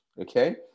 okay